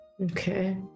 Okay